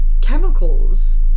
chemicals